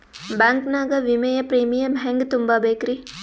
Bank ನಾಗ ವಿಮೆಯ premium ಹೆಂಗ್ ತುಂಬಾ ಬೇಕ್ರಿ?